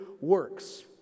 works